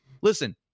Listen